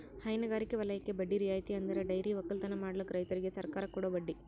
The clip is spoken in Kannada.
ಹೈನಗಾರಿಕೆ ವಲಯಕ್ಕೆ ಬಡ್ಡಿ ರಿಯಾಯಿತಿ ಅಂದುರ್ ಡೈರಿ ಒಕ್ಕಲತನ ಮಾಡ್ಲುಕ್ ರೈತುರಿಗ್ ಸರ್ಕಾರ ಕೊಡೋ ಬಡ್ಡಿ